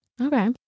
Okay